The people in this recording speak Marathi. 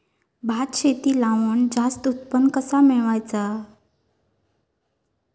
भात शेती लावण जास्त उत्पन्न कसा मेळवचा?